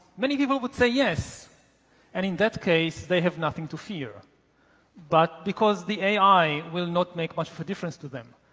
many people would say yes and in that case, they have nothing to fear but because the ai will not make much of a difference to them.